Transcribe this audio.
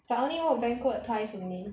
but I only work banquet twice only